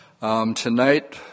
Tonight